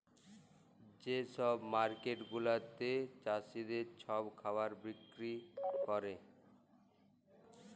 যে ছব মার্কেট গুলাতে চাষীদের ছব খাবার বিক্কিরি ক্যরে